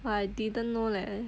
!wah! I didn't know leh